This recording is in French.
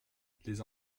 les